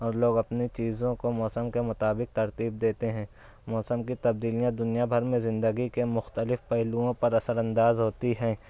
اور لوگ اپنی چیزوں کو موسم کے مطابق ترتیب دیتے ہیں موسم کی تبدیلیاں دنیا بھر میں زندگی کے مختلف پہلوؤں پر اثرانداز ہوتی ہیں